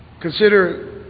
Consider